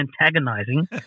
antagonizing